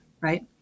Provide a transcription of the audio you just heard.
right